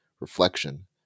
reflection